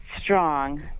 strong